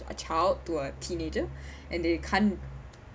a child to a teenager and they can't